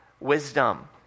wisdom